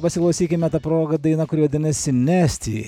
pasiklausykime ta proga daina kuri vadinasi nesty